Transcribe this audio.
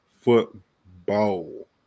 football